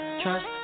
trust